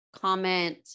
comment